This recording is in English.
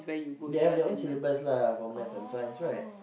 they have their own syllabus lah for maths and Science right